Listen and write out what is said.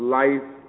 life